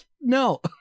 no